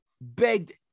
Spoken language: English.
begged